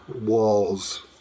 walls